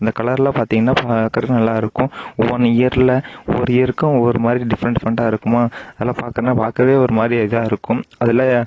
அந்த கலர்ல் எல்லாம் பார்த்திங்கனா பார்க்கரத்துக்கு நல்லா இருக்கும் ஒவ்வொன்று இயரில் ஒவ்வொரு இயருக்கு ஒவ்வொரு மாதிரி டிஃபரண்ட் டிஃபரண்ட்டாக இருக்குமா அதெல்லாம் பார்க்கனா பார்க்கவே ஒரு மாதிரி இதாக இருக்கும் அதில்